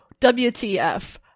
wtf